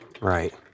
Right